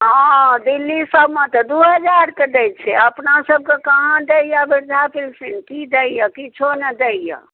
हँऽ दिल्ली सभमे तऽ दू हजारके दै छै अपनासभके कहाँ दैए वृद्धा पेंशन की दैए किछो नहि दैए